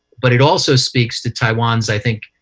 but it also speaks to taiwan's, i think,